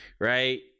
Right